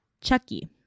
Chucky